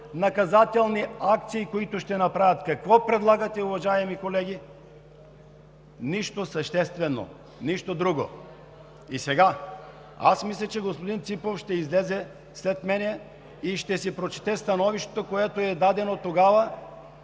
наказателни акции – какво предлагате, уважаеми колеги? Нищо съществено, нищо друго! Аз мисля, че господин Ципов ще излезе след мен и ще си прочете становището, което е дадено тогава.